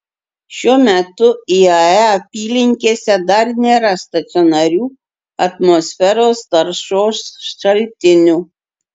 šiuo metu iae apylinkėse dar nėra stacionarių atmosferos taršos šaltinių